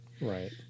Right